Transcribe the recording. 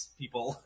people